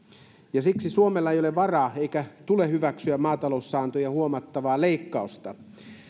siksi suomella ei ole varaa eikä suomen tule hyväksyä maataloussaantojen huomattavaa leikkausta